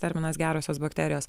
terminas gerosios bakterijos